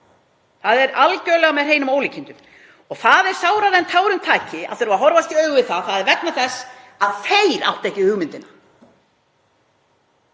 Það er algerlega með hreinum ólíkindum. Það er sárara en tárum taki að þurfa að horfast í augu við að það er vegna þess að þeir áttu ekki hugmyndina.